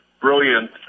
brilliant